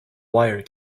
wire